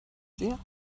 sehr